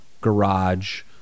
garage